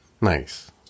Nice